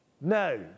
No